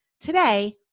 Today